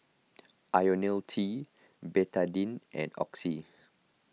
Ionil T Betadine and Oxy